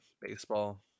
baseball